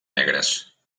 negres